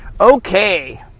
Okay